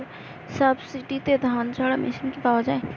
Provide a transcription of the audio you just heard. সাবসিডিতে ধানঝাড়া মেশিন কি পাওয়া য়ায়?